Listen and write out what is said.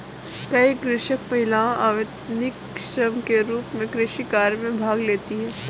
कई कृषक महिलाएं अवैतनिक श्रम के रूप में कृषि कार्य में भाग लेती हैं